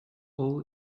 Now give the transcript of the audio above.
all